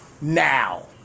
Now